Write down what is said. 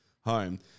home